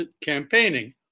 campaigning